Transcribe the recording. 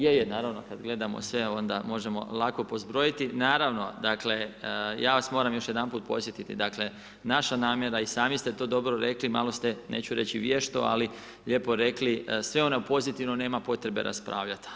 Je, je, naravno, kada gledamo sve, onda možemo lako pobrojiti, dakle, ja vas moram još jedanput podsjetiti, naša namjera i sami ste to dobro rekli, malo ste, neću reći vješto, ali lijepo rekli, sve ono pozitivno, nema potrebe raspravljati.